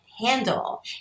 handle